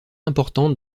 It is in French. importante